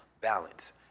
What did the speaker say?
balance